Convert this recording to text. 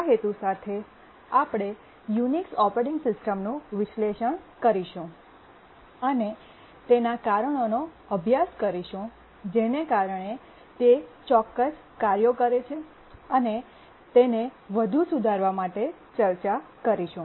આ હેતુ સાથે આપણે યુનિક્સ ઓપરેટિંગ સિસ્ટમનું વિશ્લેષણ કરીશું અને તેના કારણોનો અભ્યાસ કરીશું જેના કારણે તે ચોક્કસ કાર્યો કરે છે અને તેને વધુ સુધારવા માટે ચર્ચા કરીશું